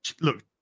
Look